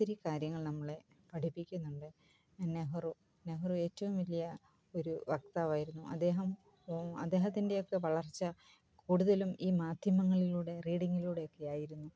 ഒത്തിരി കാര്യങ്ങൾ നമ്മളെ പഠിപ്പിക്കുന്നുണ്ട് നെഹ്റു നെഹ്റു ഏറ്റവും വലിയ ഒരു വക്താവായിരുന്നു അദ്ദേഹം അദ്ദേഹത്തിൻ്റെയൊക്കെ വളർച്ച കൂടുതലും ഈ മാധ്യമങ്ങളിലൂടെ റീഡിങ്ങിലൂടെയൊക്കെ ആയിരുന്നു